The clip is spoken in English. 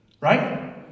Right